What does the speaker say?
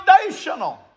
foundational